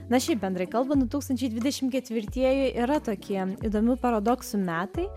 na šiaip bendrai kalbant du tūkstančiai dvidešimt ketvirtieji yra tokie įdomių paradoksų metai